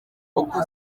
uko